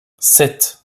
sept